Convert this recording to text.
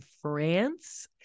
France